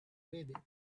baby